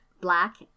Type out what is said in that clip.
Black